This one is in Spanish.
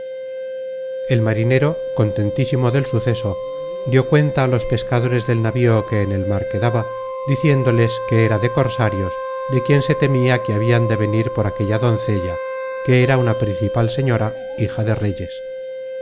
el marinero contentísimo del suceso dió cuenta á los pescadores del navío que en el mar quedaba diciéndoles que era de cosarios de quien se temia que habian de venir por aquella doncella que era una principal señora hija de reyes